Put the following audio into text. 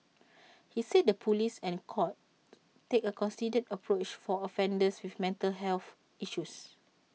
he said the Police and courts take A considered approach for offenders with mental health issues